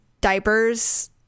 diapers